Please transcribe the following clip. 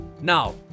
Now